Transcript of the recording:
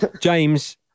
James